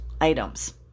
items